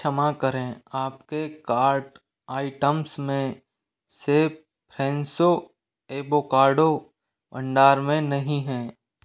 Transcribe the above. क्षमा करें आपके कार्ट आइटम्स में से फ्रेंसो एवोकाडो भंडार में नहीं हैं